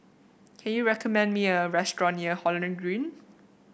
can you recommend me a restaurant near Holland Green